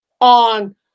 on